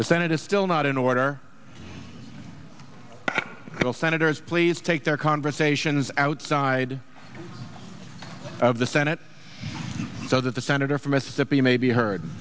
the senate is still not in order i will say editors please take their conversations outside of the senate doesn't the senator from mississippi may be heard